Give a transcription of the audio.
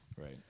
Right